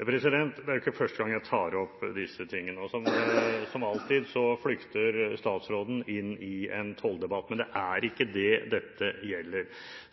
investeringer. Det er ikke første gang jeg tar opp disse tingene. Som alltid flykter statsråden inn i en tolldebatt, men det er ikke det dette gjelder.